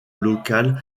local